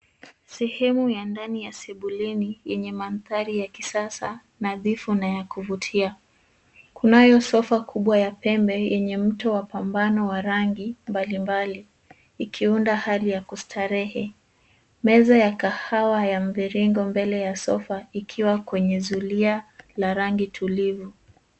Sehemu ya ndani ya sebuleni yenye mandhari ya kisasa nadhifu na ya kuvutia. Kunayo sofa kubwa ya pembe yenye mto wa pambano wa rangi mbalimbali ikiunda hali ya kustarehe. Meza ya kahawa ya mviringo mbele ya sofa ikiwa kwenye zulia la rangi tulivu.